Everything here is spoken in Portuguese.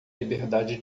liberdade